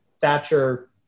Thatcher